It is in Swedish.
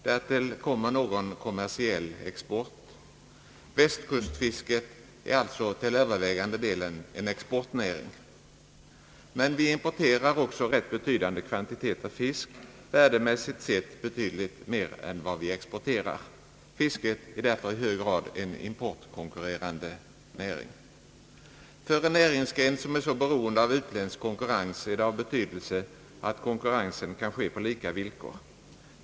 Därtill kommer någon kommersiell export. Västkustfisket är alltså till övervägande delen en exportnäring. Men vi importerar också rätt betydande kvantiteter fisk, värdemässigt betydligt mer än vad vi exporterar. Fisket är därför i hög grad också en importkonkurrerande näring. För en näringsgren som är så beroende av utländsk konkurrens är det av betydelse att konkurrensen kan ske på lika villkor.